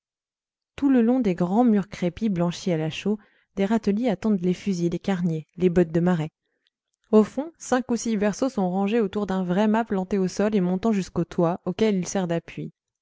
tout le long des grands murs crépis blanchis à la chaux des râteliers attendent les fusils les carniers les bottes de marais au fond cinq ou six berceaux sont rangés autour d'un vrai mât planté au sol et montant jusqu'au toit auquel il sert d'appui